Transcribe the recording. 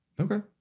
Okay